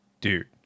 dude